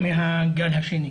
מהגל השני.